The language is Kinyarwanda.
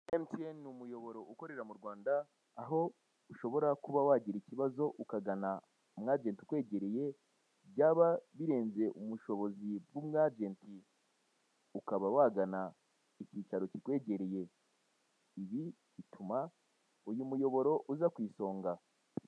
Emutiyene ni umuyoboro ukorera mu Rwanda ho ushobora kuba wagira ikibazo ukagana umwajeti ukwegereye, byaba birenze ubushobozi bw'umwajenti ukaba wagana ikicaro kikwegereye, ibi bituma uyu muyoboro uza ku isonga.